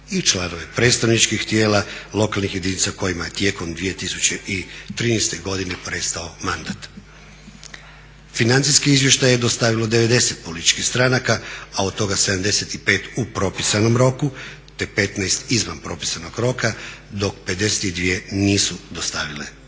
i članove predstavničkih tijela lokalnih jedinica kojima je tijekom 2013.godine prestao mandat. Financijski izvještaj je dostavilo 90 političkih stranaka, a od toga 75 u propisanom roku te 15 izvan propisanog roka, dok 52 nisu dostavile.